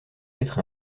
être